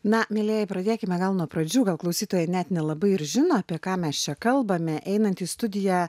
na mielieji pradėkime gal nuo pradžių gal klausytojai net nelabai ir žino apie ką mes čia kalbame einant į studiją